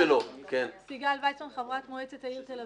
מה שנעשה פה כרגע, מבחינתי, זה מחטף.